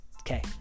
Okay